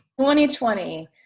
2020